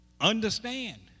understand